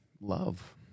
Love